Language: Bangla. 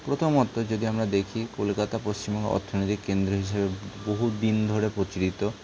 প্রথমত যদি আমরা দেখি কলকাতা পশ্চিমবঙ্গ অর্থনৈতিক কেন্দ্র হিসেবে বহু দিন ধরে প্রচলিত